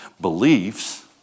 Beliefs